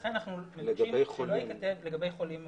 לכן אנחנו מבקשים שלא ייכתב לגבי חולים מאומתים.